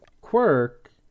quirk